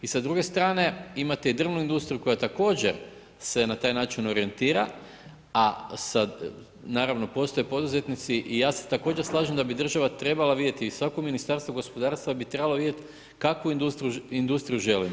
I sa druge strane imate i drvnu industriju koja također se na taj način orijentira a sa, naravno postoje i poduzetnici i ja se također slažem da bi država trebala vidjeti i svako Ministarstvo gospodarstva bi trebalo vidjeti kakvu industriju želimo.